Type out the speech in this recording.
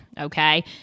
Okay